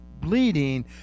bleeding